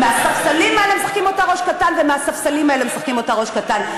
מהספסלים האלה משחקים אותה ראש קטן ומהספסלים האלה משחקים אותה ראש קטן,